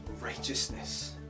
righteousness